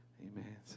Amen